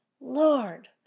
Lord